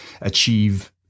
achieve